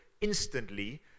instantly